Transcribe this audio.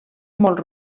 molt